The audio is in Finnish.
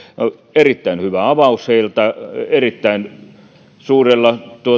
erittäin hyvä avaus heiltä erittäin suurella